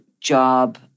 job